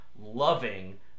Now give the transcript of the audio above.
loving